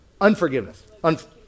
Unforgiveness